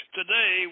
today